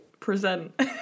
Present